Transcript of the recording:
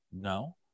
No